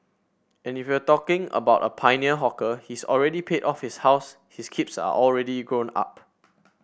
and if you're talking about a pioneer hawker he's already paid off his house his keeps are already grown up